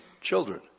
children